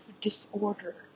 disorder